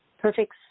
perfect